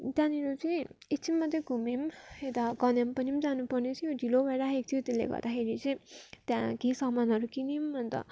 त्यहाँनिर चाहिँ एकछिन मात्रै घुम्यौँ यता कन्याम पनि जानुपर्ने थियो ढिलो भइराखेको थियो त्यसले गर्दाखेरि चाहिँ त्यहाँ केही सामानहरू किन्यौँ अन्त